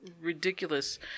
ridiculous